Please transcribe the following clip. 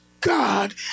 God